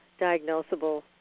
diagnosable